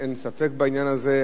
אין לי ספק בעניין הזה.